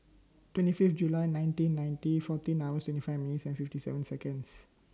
twenty Fifth July nineteen ninety fourteen hours twenty five minutes and fifty seven Seconds